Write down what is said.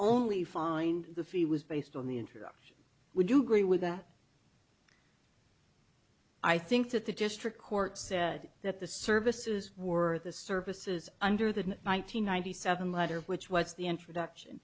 only find the fee was based on the introduction would you agree with that i think that the district court said that the services were the services under the one nine hundred ninety seven letter which was the introduction